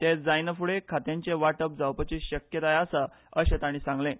ते जायना फूडें खात्यांचें वांटप जावपाची शक्यताय आसा अशें तांणी सांगलें